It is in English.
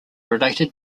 related